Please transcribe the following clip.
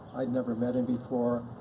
i'd never met him before,